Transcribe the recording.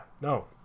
no